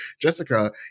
Jessica